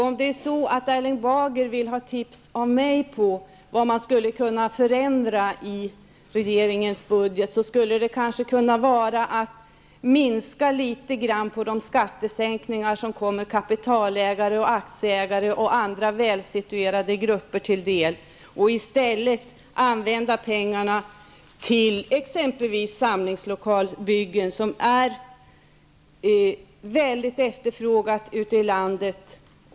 Om Erling Bager vill ha tips från mig om vad som kan förändras i regeringens budget, så kan jag säga att ett sätt är att något minska på de skattesänkningar som kommer kapitalägare, aktieägare och andra välsituerade grupper till del. De pengar som detta ger kan i stället användas till exempelvis samlingslokalsbyggen, som är mycket efterfrågade ute i landet.